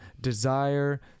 desire